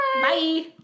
Bye